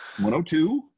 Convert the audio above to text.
102